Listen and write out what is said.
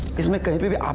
is likely to be the um